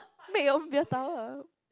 make your own beer tower